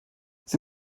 sie